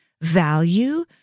value